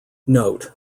note